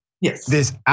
Yes